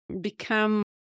become